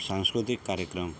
सांस्कृतिक कार्यक्रम